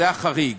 זה החריג.